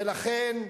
ולכן,